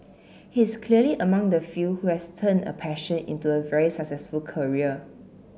he is clearly among the few who has turned a passion into a very successful career